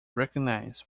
recognized